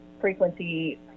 frequency